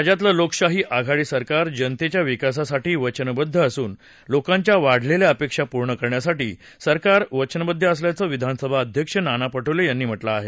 राज्यातलं लोकशाही आघाडी सरकार जनतेच्या विकासासाठी वचनबद्ध असून लोकांच्या वाढलेल्या अपेक्षा पूर्ण करण्यासाठी सरकार वचनबद्ध असल्याचं विधानसभा अध्यक्ष नाना पटोले यांनी म्हटलं आहे